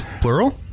Plural